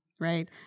right